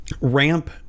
ramp